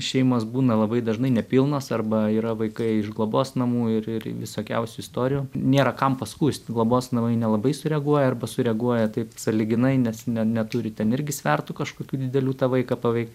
šeimos būna labai dažnai nepilnos arba yra vaikai iš globos namų ir visokiausių istorijų nėra kam paskųsti globos namai nelabai sureaguoja arba sureaguoja taip sąlyginai nes ne neturi ten irgi svertų kažkokių didelių tą vaiką paveikti